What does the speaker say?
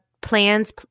plans